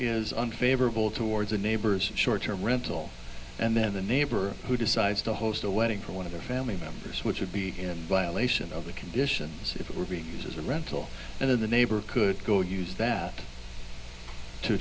is unfavorable towards a neighbor's short term rental and then the neighbor who decides to host a wedding for one of their family members which would be in violation of the conditions if it were being used as a rental for the neighbor could go use that to